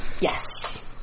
Yes